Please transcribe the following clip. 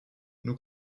nous